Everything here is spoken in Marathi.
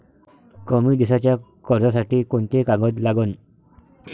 कमी दिसाच्या कर्जासाठी कोंते कागद लागन?